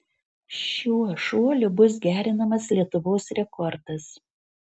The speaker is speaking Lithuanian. šiuo šuoliu bus gerinamas lietuvos rekordas